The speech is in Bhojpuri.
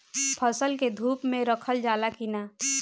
फसल के धुप मे रखल जाला कि न?